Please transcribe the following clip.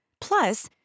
Plus